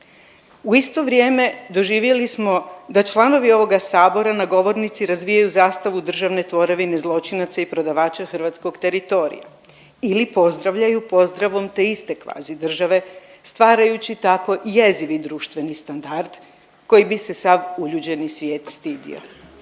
U isto vrijeme doživjeli smo da članovi ovoga Sabora na govornici razvijaju zastavu državne tvorevine zločinaca i prodavača hrvatskog teritorija ili pozdravljaju pozdravom te iste kvazi države stvarajući tako jezivi društveni standard koji bi se sav uljuđeni svijet stidio.